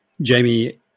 Jamie